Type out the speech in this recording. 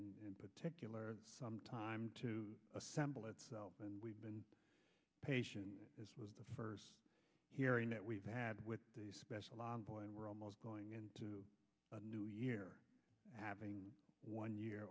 n particular some time to assemble itself and we've been patient this was the first hearing that we've had with the special envoy and we're almost going into the new year having one year